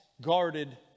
guarded